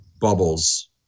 bubbles